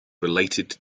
related